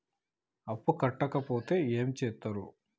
అప్పు కట్టకపోతే ఏమి చేత్తరు?